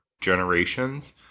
generations